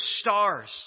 stars